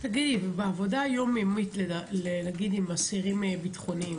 בעבודה היום-יומית נגיד עם אסירים ביטחוניים,